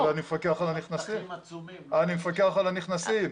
אבל אני מפקח על הנכנסים,